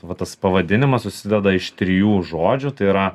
va tas pavadinimas susideda iš trijų žodžių tai yra